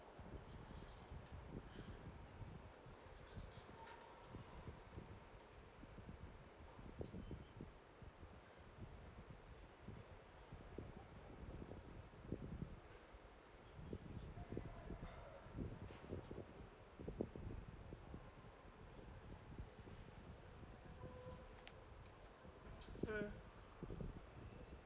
mm